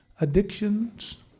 Addictions